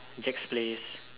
Jack's Place